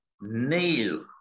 nail